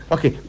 Okay